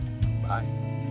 Bye